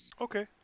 Okay